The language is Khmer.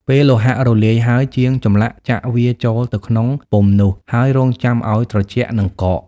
ពេលលោហៈរលាយហើយ ជាងចម្លាក់ចាក់វាចូលទៅក្នុងពុម្ពនោះ ហើយរង់ចាំឱ្យត្រជាក់និងកក។